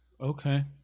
Okay